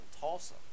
Tulsa